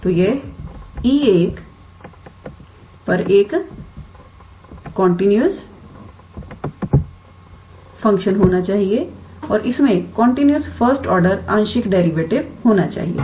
तो यह 𝐸1 पर एक कंटीन्यूअस फंक्शन होना चाहिए और इसमें कंटीन्यूअस फर्स्ट ऑर्डर आंशिक डेरिवेटिव होना चाहिए